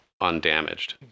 undamaged